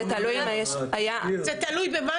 זה תלוי אם היה --- זה תלוי במה?